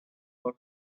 for